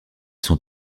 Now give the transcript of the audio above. sont